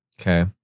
Okay